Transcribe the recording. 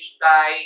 die